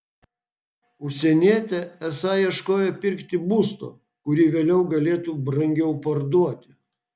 užsienietė esą ieškojo pirkti būsto kurį vėliau galėtų brangiau parduoti